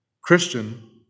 Christian